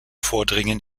vordringen